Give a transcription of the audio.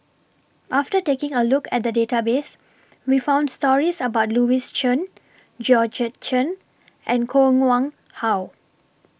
after taking A Look At The Database We found stories about Louis Chen Georgette Chen and Koh Nguang How